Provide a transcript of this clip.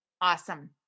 Awesome